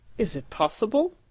is it possible!